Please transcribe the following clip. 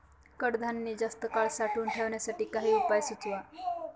कडधान्य जास्त काळ साठवून ठेवण्यासाठी काही उपाय सुचवा?